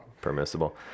permissible